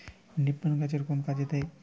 নিপটর গাছের কোন কাজে দেয়?